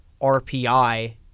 RPI